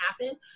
happen